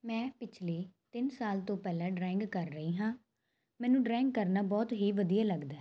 ਮੈਂ ਪਿਛਲੇ ਤਿੰਨ ਸਾਲ ਤੋਂ ਪਹਿਲਾਂ ਡਰਾਇੰਗ ਕਰ ਰਹੀ ਹਾਂ ਮੈਨੂੰ ਡਰਾਇੰਗ ਕਰਨਾ ਬਹੁਤ ਹੀ ਵਧੀਆ ਲੱਗਦਾ ਹੈ